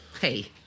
Hey